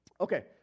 Okay